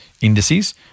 indices